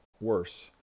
worse